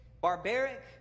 barbaric